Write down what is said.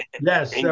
Yes